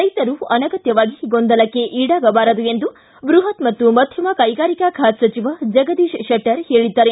ರೈತರು ಅನಗತ್ವವಾಗಿ ಗೊಂದಲಕ್ಕೆ ಇಡಾಗಬಾರದು ಎಂದು ಬೃಪತ್ ಮತ್ತು ಮಧ್ಯಮ ಕೈಗಾರಿಕೆ ಖಾತೆ ಸಚಿವ ಜಗದೀಶ ಶೆಟ್ಟರ್ ಹೇಳಿದ್ದಾರೆ